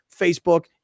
Facebook